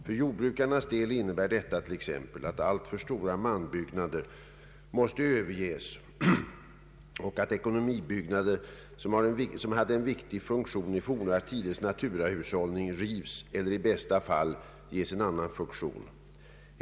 För jordbrukarens del innebär detta t.ex. att alltför stora manbyggnader måste överges och att ekonomibyggnader som hade en viktig funktion i forna tiders naturahushållning rivs eller i bästa fall ges en annan funktion.